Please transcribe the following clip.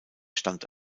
stand